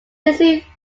daisy